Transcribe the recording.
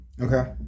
okay